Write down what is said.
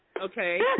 Okay